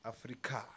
Africa